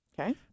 Okay